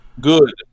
good